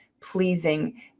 pleasing